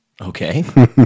Okay